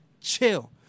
chill